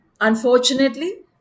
Unfortunately